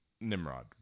Nimrod